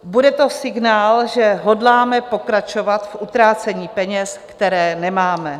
Bude to signál, že hodláme pokračovat v utrácení peněz, které nemáme.